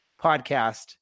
podcast